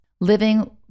living